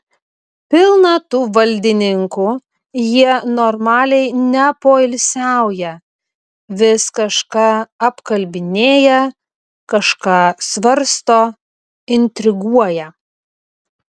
pilna tų valdininkų jie normaliai nepoilsiauja vis kažką apkalbinėja kažką svarsto intriguoja